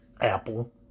Apple